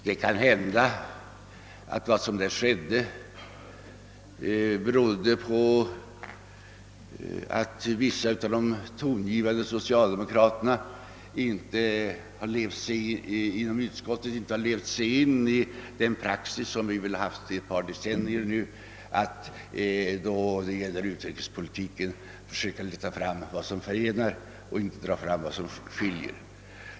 Det kan hända att vad som där skedde berodde på att vissa av de tongivande socialdemokraterna inom utskottet inte levt sig in i den praxis, som vi väl haft i ett par decennier, nämligen att då det gäller utrikespolitiken försöka ta fasta på vad som förenar och inte på vad som skiljer oss.